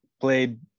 played